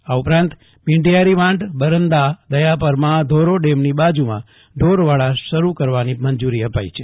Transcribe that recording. આ ઉપરાંત મીંઢીયારી વાંઢ બરંદા દયાપરમાં ધોરો ડેમની બાજુમાં ઢોરવાડા શરૂ કરવાની મંજૂરી અપાઇ છે